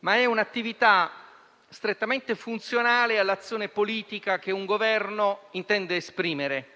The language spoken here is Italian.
ma anche un'attività strettamente funzionale all'azione politica che un Governo intende esprimere.